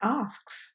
asks